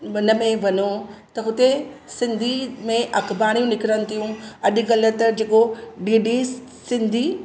उनमें वञो त हुते सिंधी में अख़बारूं निकिरनि थियूं अॼुकल्ह त जेको डी डी सिंधी